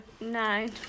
nine